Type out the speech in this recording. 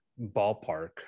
ballpark